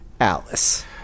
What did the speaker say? Alice